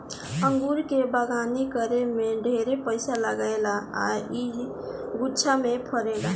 अंगूर के बगानी करे में ढेरे पइसा लागेला आ इ गुच्छा में फरेला